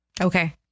okay